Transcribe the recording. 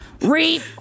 Reap